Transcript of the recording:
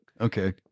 okay